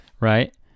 Right